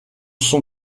son